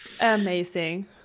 amazing